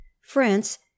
France